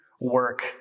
work